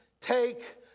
take